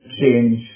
change